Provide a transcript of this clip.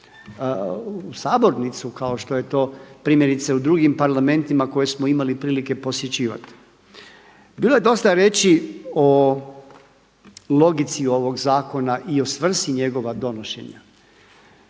u sabornicu kao što je to primjerice u drugim parlamentima koje smo imali prilike posjećivati. Bilo je dosta riječi o logici ovog zakona i o svrsi njegova donošenja.